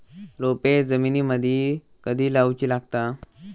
रोपे जमिनीमदि कधी लाऊची लागता?